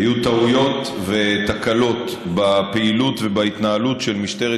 היו טעויות ותקלות בפעילות ובהתנהלות של משטרת